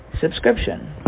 subscription